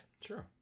Sure